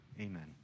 amen